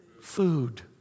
food